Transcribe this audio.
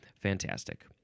Fantastic